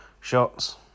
shots